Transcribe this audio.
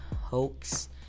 hoax